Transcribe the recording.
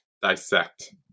dissect